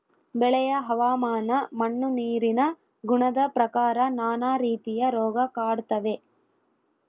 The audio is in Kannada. ಬೆಳೆಯ ಹವಾಮಾನ ಮಣ್ಣು ನೀರಿನ ಗುಣದ ಪ್ರಕಾರ ನಾನಾ ರೀತಿಯ ರೋಗ ಕಾಡ್ತಾವೆ